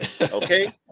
Okay